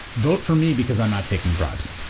vote for me because i'm not taking bribes.